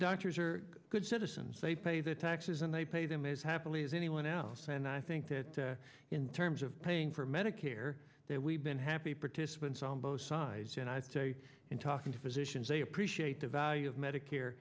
doctors are good citizens they pay their taxes and they pay them as happily as anyone else and i think that in terms of paying for medicare that we've been happy participants on both sides in talking to physicians they appreciate the value of medicare